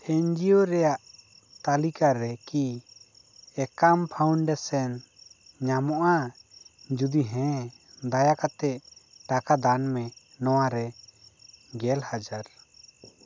ᱮᱱ ᱡᱤᱭᱳ ᱨᱮᱭᱟᱜ ᱛᱟᱹᱞᱤᱠᱟ ᱨᱮᱠᱤ ᱮᱠᱟᱢ ᱯᱷᱟᱣᱩᱱᱰᱮᱥᱮᱱ ᱧᱟᱢᱚᱜᱼᱟ ᱡᱩᱫᱤ ᱦᱮᱸ ᱫᱟᱭᱟ ᱠᱟᱛᱮᱫ ᱴᱟᱠᱟ ᱫᱟᱱ ᱢᱮ ᱱᱚᱣᱟ ᱨᱮ ᱜᱮᱞ ᱦᱟᱡᱟᱨ